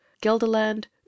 gelderland